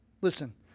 Listen